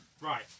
Right